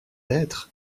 être